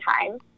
time